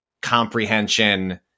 comprehension